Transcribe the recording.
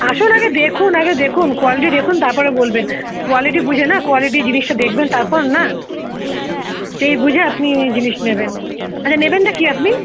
আসুন আগে দেখুন আগে দেখুন কোয়ালিটি দেখুন তারপরে বলবেন কোয়ালিটি বুঝে না কোয়ালিটি জিনিসটা দেখবেন তারপর না সেই বুঝে আপনি জিনিস নেবেন মানে নেবেনটা কী আপনি